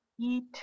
eat